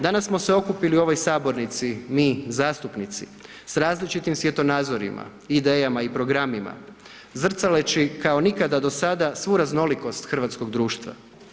Danas smo se okupili u ovoj sabornici, mi zastupnici, s različitim svjetonazorima, idejama i programima, zrcaleći kao nikada do sada svu raznolikost hrvatskog društva.